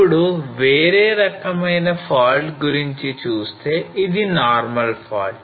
ఇప్పుడు వేరే రకమైన fault గురించి చూస్తే ఇది normal fault